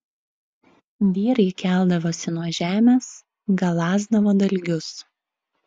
vyrai keldavosi nuo žemės galąsdavo dalgius